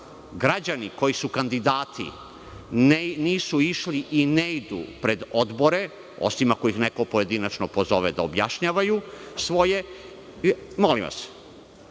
građani koji su kandidati nisu išli i ne idu pred odbore, osim ako ih neko pojedinačno pozove da objašnjavaju svoje. Molim vas,